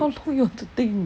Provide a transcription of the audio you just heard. how long you want to think